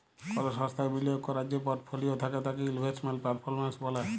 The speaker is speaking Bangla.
কল সংস্থার বিলিয়গ ক্যরার যে পরটফলিও থ্যাকে তাকে ইলভেস্টমেল্ট পারফরম্যালস ব্যলে